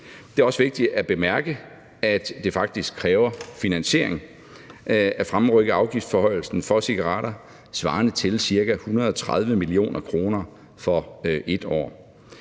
Det er også vigtigt at bemærke, at det faktisk kræver finansiering at fremrykke afgiftsforhøjelsen for cigaretter, svarende til cirka 130 mio. kr. for 1 år.